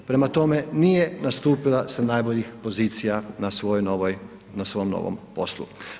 Prema tome, nije nastupila sa najboljih pozicija na svom novom poslu.